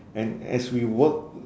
and as we work